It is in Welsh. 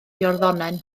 iorddonen